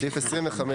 הסעיף אושר.